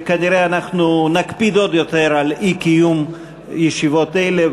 וכנראה אנחנו נקפיד עוד יותר על אי-קיום ישיבות כאלה,